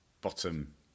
bottom